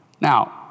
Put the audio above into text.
Now